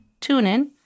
TuneIn